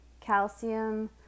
Calcium